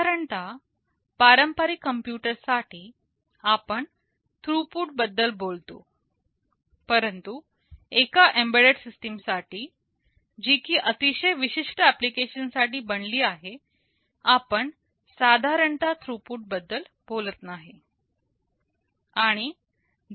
साधारणतः पारंपरिक computer system साठी आपण थ्रूपुट बद्दल बोलतो परंतु एका एम्बेडेड सिस्टीम साठी जी की अतिशय विशिष्ट एप्लीकेशन साठी बनली आहे आपण साधारणतः थ्रूपुट बद्दल बोलत नाही